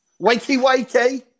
wakey-wakey